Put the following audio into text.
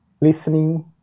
listening